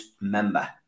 member